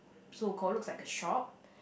so call looks like a shop